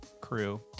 crew